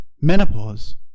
MENOPAUSE